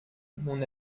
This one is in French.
mon